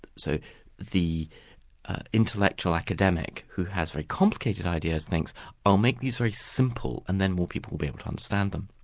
so the intellectual academic who has very complicated ideas, thinks i'll make these very simple and then more people will be able to understand them.